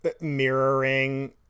mirroring